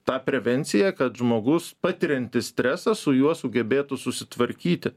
ta prevencija kad žmogus patiriantis stresą su juo sugebėtų susitvarkyti